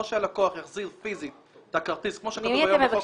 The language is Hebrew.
או שהלקוח יחזיר פיזית את הכרטיס כמו שכתוב היום בחוק